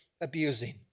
abusing